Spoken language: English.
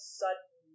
sudden